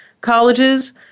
colleges